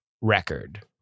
record